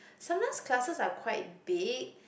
sometimes classes are quite big